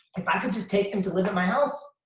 if i could just take them to live at my house,